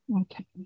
okay